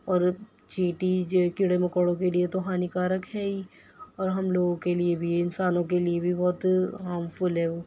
اور چینٹی جے کیڑے مکوڑوں کے لیے تو ہانیکارک ہے ہی اور ہم لوگوں کے لیے بھی انسانوں کے لیے بھی بہت ہارمفل ہے وہ